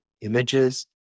images